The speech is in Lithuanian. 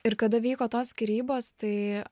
ir kada vyko tos skyrybos tai